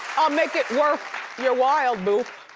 i'll make it worth your while, boof.